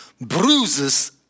bruises